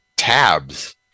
tabs